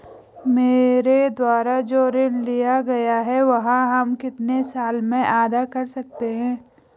मेरे द्वारा जो ऋण लिया गया है वह हम कितने साल में अदा कर सकते हैं?